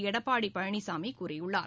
எடப்பாடி பழனிசாமி கூறியுள்ளார்